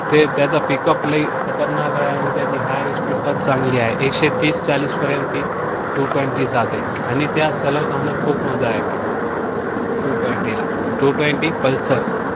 ते त्याचा पिकअप ल खतरनाक आहे आणि त्याची हाय स्पीडपण चांगली आहे एकशेतीस चाळीसपर्यंत ती टू ट्वेंटी जाते आनि त्या चलवताना खूप मजा येते टू ट्वेंटीला टू ट्वेंटी पल्सर